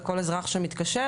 לכל אזרח שמתקשר